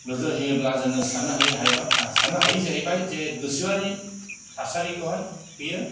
नुजाहैयोब्ला जों साननो हायो जाहैबाय जे गोसोआरि थासारिखौहाय बेयो